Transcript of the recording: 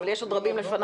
אבל יש עוד רבים לפנייך.